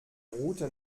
route